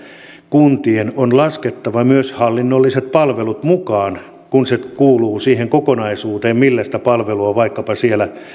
kuntien on laskettava myös hallinnolliset palvelut mukaan kun se kuuluu siihen kokonaisuuteen millä sitä palvelua vaikkapa siellä